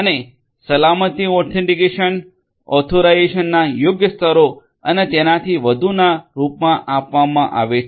અને સલામતી ઓથેન્ટિકેશન ઓથોરાઇઝેશનના યોગ્ય સ્તરો અને તેનાથી વધુના રૂપમાં આપવામાં આવે છે